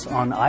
on